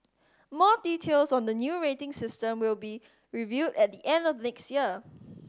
more details on the new rating system will be revealed at the end of next year